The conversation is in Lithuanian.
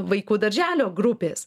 vaikų darželio grupės